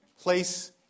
Place